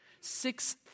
six